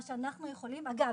מה שאנחנו יכולים אגב,